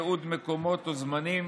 ייעוד מקומות או זמנים